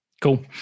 Cool